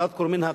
תודה רבה.